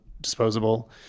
disposable